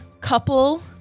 couple